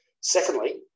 Secondly